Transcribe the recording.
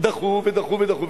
דחו ודחו ודחו,